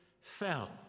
fell